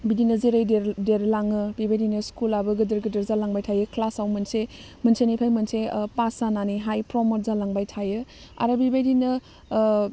बिदिनो जेरै देर देरलाङो बेबायदिनो स्कुलाबो गेदेर गेदेर जालांबाय थायो क्लासआव मोनसे मोनसेनिफ्राय मोनसे पास जानानैहाय प्रमद जालांबाय थायो आरो बेबायदिनो